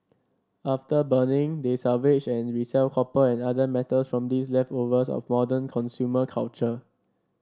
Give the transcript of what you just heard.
after burning they salvage and resell copper and other metals from these leftovers of modern consumer culture